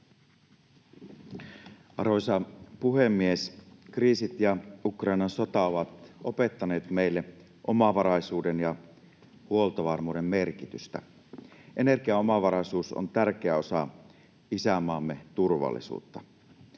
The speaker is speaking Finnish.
Arvoisa puhemies! Kriisit ja Ukrainan sota ovat opettaneet meille omavaraisuuden ja huoltovarmuuden merkitystä. Energiaomavaraisuus on tärkeä osa isänmaamme turvallisuutta.